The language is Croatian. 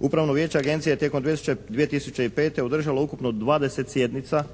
Upravno vijeće Agencije tijekom 2005. održalo ukupno 20 sjednica